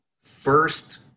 first